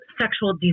sexual